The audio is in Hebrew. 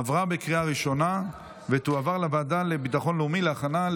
לוועדה לביטחון לאומי נתקבלה.